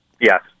Yes